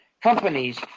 companies